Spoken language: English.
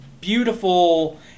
beautiful